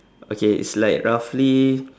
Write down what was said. okay it's like roughly